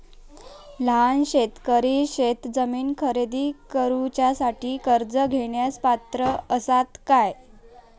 लहान शेतकरी शेतजमीन खरेदी करुच्यासाठी कर्ज घेण्यास पात्र असात काय?